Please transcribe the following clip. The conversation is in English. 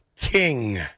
king